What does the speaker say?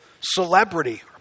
celebrity